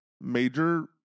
major